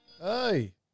Hey